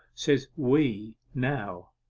says we now.